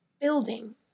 building